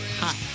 hot